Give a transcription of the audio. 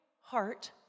Heart